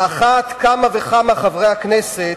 על אחת כמה וכמה, חברי הכנסת,